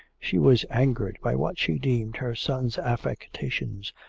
she was angered by what she deemed her son's affectations,